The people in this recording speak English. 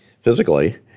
physically